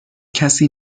کسی